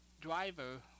driver